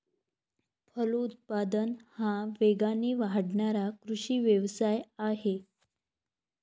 फलोत्पादन हा वेगाने वाढणारा कृषी व्यवसाय आहे